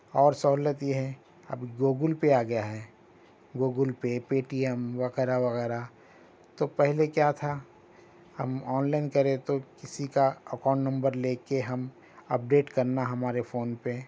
اور سہولت یہ ہے اب گوگل پے آ گیا ہے Google Pay Paytm وغیرہ وغیرہ تو پہلے کیا تھا ہم آنلائن کرے تو کسی کا اکاؤنٹ نمبر لے کے ہم اپڈیٹ کرنا ہمارے فون پہ